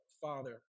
father